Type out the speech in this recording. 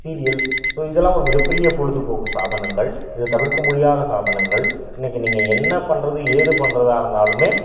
serials so இதெல்லாம் ஒரு மிகப்பெரிய பொழுதுபோக்கு சாதனங்கள் இது தவிர்க்க முடியாத சாதனங்கள் இன்றைக்கு நீங்கள் என்ன பண்ணுறது ஏது பண்ணுறதா இருந்தாலுமே